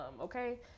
okay